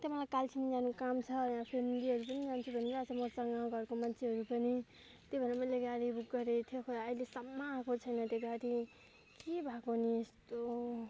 त्यहाँ मलाई कालचिनी जानु काम छ यहाँ फेमिलीहरू पनि जान्छु भनिरहेछ मसँग घरको मान्छेहरू पनि त्यही भएर मैले गाडी बुक गरेको थियो खोइ आहिलेसम्म आएको छैन त्यो गाडी के भएको नि यस्तो